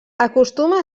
acostuma